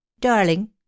Darling